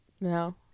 No